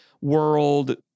world